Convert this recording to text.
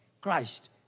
Christ